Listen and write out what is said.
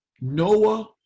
Noah